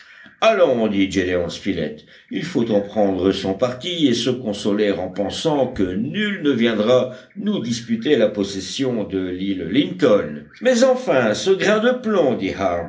l'instrument allons dit gédéon spilett il faut en prendre son parti et se consoler en pensant que nul ne viendra nous disputer la possession de l'île lincoln mais enfin ce grain de plomb